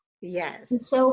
Yes